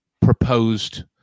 proposed